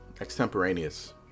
extemporaneous